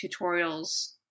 tutorials